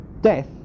death